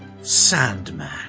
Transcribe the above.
Sandman